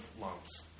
lumps